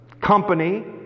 company